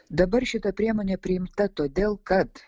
dabar šita priemonė priimta todėl kad